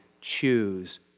choose